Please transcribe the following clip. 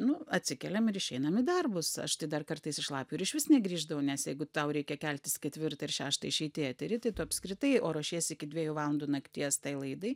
nu atsikeliam ir išeinam į darbus aš tai dar kartais iš lapių ir išvis negrįždavau nes jeigu tau reikia keltis ketvirtą ir šeštą išeiti į eterį tai tu apskritai o ruošiesi iki dviejų valandų nakties tai laidai